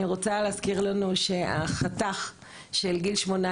אני רוצה להזכיר לנו שהחתך של גיל 18